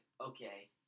okay